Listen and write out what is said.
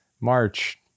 March